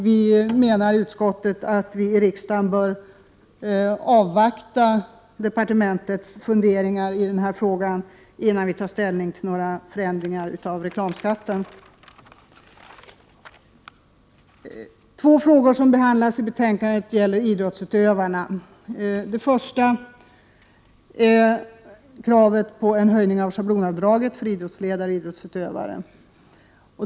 Vi menar i utskottet att riksdagen bör avvakta departementets funderingar i denna fråga innan vi tar ställning till eventuella förändringar av reklamskatten. Två frågor som behandlas i betänkandet gäller idrottsutövare. Den ena gäller höjning av schablonavdraget för idrottsledare och idrottsutövare.